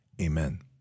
Amen